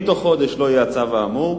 אם בתוך חודש לא יהיה הצו האמור,